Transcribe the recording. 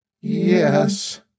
Yes